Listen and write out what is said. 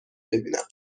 بیینم